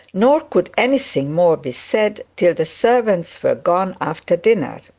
nor could anything more be said till the servants were gone after dinner.